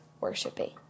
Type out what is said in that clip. worshiping